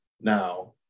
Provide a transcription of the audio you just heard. now